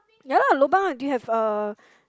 ya lah lobang ah do you have a